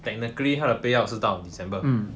technically 它的 payout 是到 december